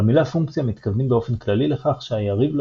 במילה פונקציה מתכוונים באופן כללי לכך שהיריב לא